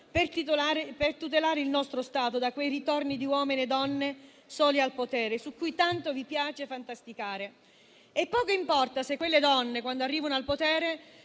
per tutelare il nostro Stato da quei ritorni di uomini - e donne - soli al potere su cui tanto vi piace fantasticare. E poco importa se quelle donne, quando arrivano al potere,